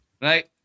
Right